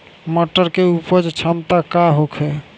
मटर के उपज क्षमता का होखे?